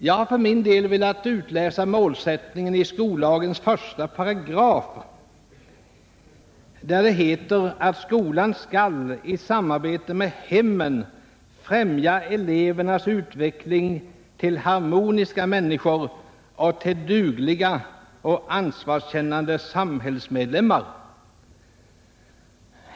Jag har för min del velat utläsa målsättningen i skollagens första paragraf, där det står att skolan skall i samarbete med hemmet främja elevernas utveckling till harmoniska människor och till dugliga och ansvarskännande samhällsmedlemmar.